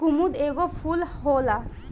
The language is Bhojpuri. कुमुद एगो फूल होला